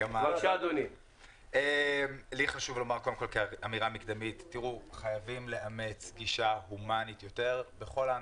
לי חשוב לומר כאמירה מקדמית שחייבים לאמץ גישה הומנית יותר בכל הענפים.